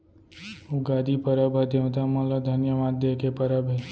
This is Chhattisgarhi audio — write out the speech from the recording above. उगादी परब ह देवता मन ल धन्यवाद दे के परब हे